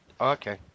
Okay